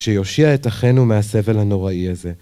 שיושיע את אחינו מהסבל הנוראי הזה.